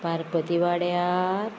पार्पती वाड्यार